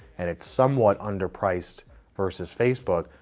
and it's somewhat under priced versus facebook.